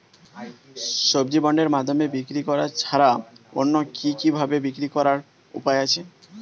সবজি বন্ডের মাধ্যমে বিক্রি করা ছাড়া অন্য কি কি ভাবে বিক্রি করার উপায় আছে?